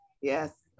Yes